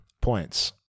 points